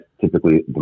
typically